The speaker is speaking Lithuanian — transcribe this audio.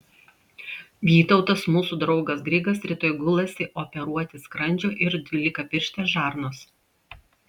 vytautas mūsų draugas grigas rytoj gulasi operuoti skrandžio ir dvylikapirštės žarnos